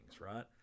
right